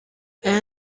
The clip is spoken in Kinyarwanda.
aya